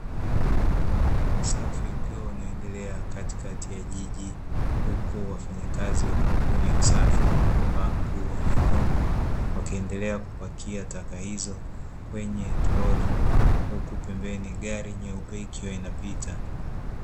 Usafi ukiwa unaendelea katikati ya jiji, huku wafanyakazi wa kampuni ya usafi waliovaa nguo nyekundu, wakiendelea kupakia taka hizo kwenye toroli, huku pembeni gari nyeupe ikiwa inapita.